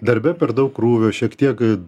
darbe per daug krūvio šiek tiek